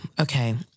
okay